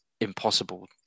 impossible